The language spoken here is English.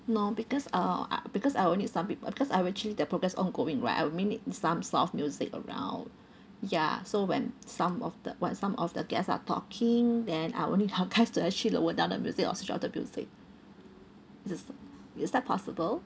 no because uh uh because I'll need some people because I actually the progress ongoing right I'll need some soft music around ya so when some of the when some of the guest are talking then I'll only request to actually lower down the music or shut the music is this is that possible